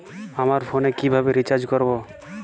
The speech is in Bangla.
আমার ফোনে কিভাবে রিচার্জ করবো?